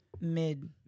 Mid